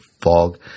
fog